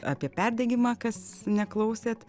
apie perdegimą kas neklausėt